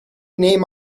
name